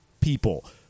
people